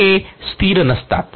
हे स्थिर नसतात